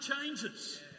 changes